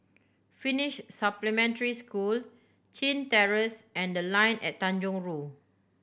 Finnish Supplementary School Chin Terrace and The Line at Tanjong Rhu